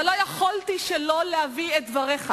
אבל לא יכולתי שלא להביא את דבריך